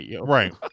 Right